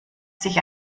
sich